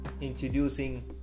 introducing